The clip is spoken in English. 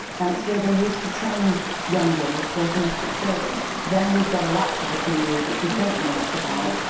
and it's where they used to train young girls for domestic service. then we've got a lapse of a few years, which we don't know much about,